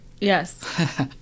Yes